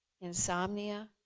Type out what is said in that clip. insomnia